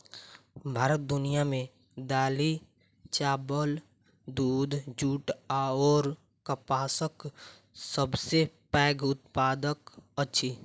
भारत दुनिया मे दालि, चाबल, दूध, जूट अऔर कपासक सबसे पैघ उत्पादक अछि